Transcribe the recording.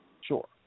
Sure